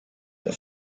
der